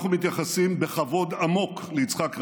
אנחנו מתייחסים בכבוד עמוק ליצחק רבין,